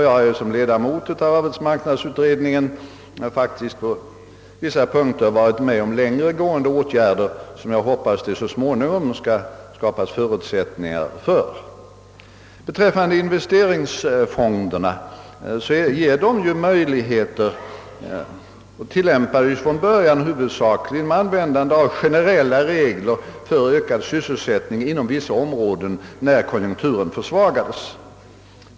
Jag har såsom ledamot av arbetsmarknadsutredningen faktiskt på vissa punkter gått med på mera långtgående åtgärder, som jag hoppas att det så småningom skall skapas förutsättningar att genomföra. Investeringsfonderna ger vissa möjligheter. De användes från början huvudsakligen med tillämpande av generella regler för ökad sysselsättning inom vissa områden, när konjunkturerna försvagades.